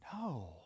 No